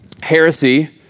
Heresy